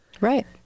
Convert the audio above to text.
Right